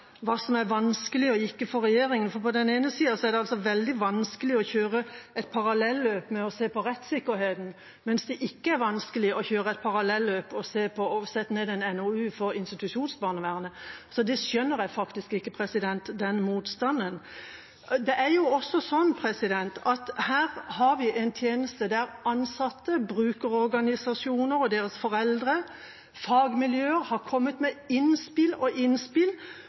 den ene siden er det altså veldig vanskelig å kjøre et parallelløp med å se på rettssikkerheten, mens det ikke er vanskelig å kjøre et parallelløp og sette ned en NOU for institusjonsbarnevernet. Den motstanden skjønner jeg faktisk ikke. Det er også sånn at her har vi en tjeneste der ansatte, brukerorganisasjoner, foreldre og fagmiljøer har kommet med innspill på innspill,